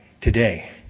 today